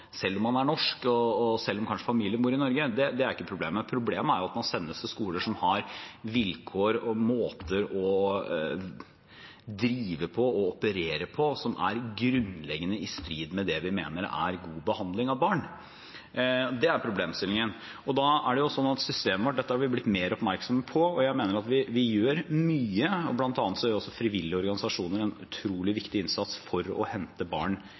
sendes til skoler som har vilkår og måter å drive på og operere på som er grunnleggende i strid med det vi mener er god behandling av barn. Det er problemstillingen. Dette har vi blitt mer oppmerksom på, og jeg mener vi gjør mye. Frivillige organisasjoner gjør også en utrolig viktig innsats for å hente barn